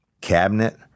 cabinet